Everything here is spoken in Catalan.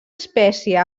espècie